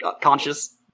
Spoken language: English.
conscious